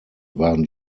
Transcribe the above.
waren